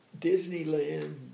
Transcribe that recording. Disneyland